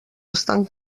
estan